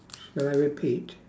shall I repeat